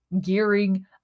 gearing